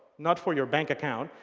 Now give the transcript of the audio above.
not for your bank account.